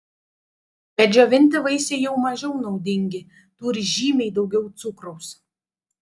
bet džiovinti vaisiai jau mažiau naudingi turi žymiai daugiau cukraus